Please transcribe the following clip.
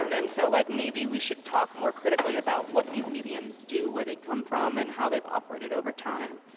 um and so like maybe we should talk more critically about what these mediums do, where they come from, and how they've operated over time.